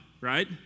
right